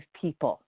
people